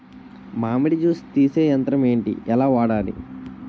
మామిడి జూస్ తీసే యంత్రం ఏంటి? ఎలా వాడాలి?